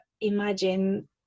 imagine